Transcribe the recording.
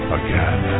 again